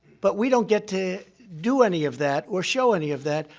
but we don't get to do any of that or show any of that,